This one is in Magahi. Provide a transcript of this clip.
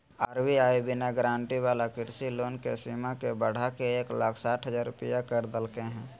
आर.बी.आई बिना गारंटी वाला कृषि लोन के सीमा बढ़ाके एक लाख साठ हजार रुपया कर देलके हें